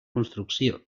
construcció